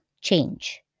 change